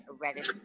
reddish